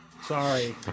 sorry